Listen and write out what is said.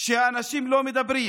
ושאנשים לא מדברים.